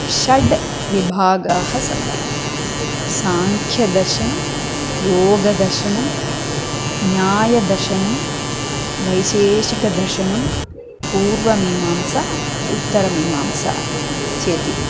षड् विभागाः सन्ति साङ्ख्यदर्शनं योगदर्शनं न्यायदर्शनं वैशेषिकदर्शनं पूर्वमीमांसा उत्तरमीमांसा चेति